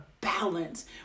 balance